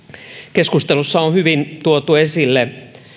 keskustelussa on hyvin tuotu esille